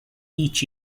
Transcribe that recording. each